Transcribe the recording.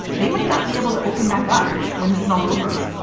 they might not be able to open back up when this is all over.